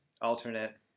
alternate